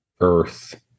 earth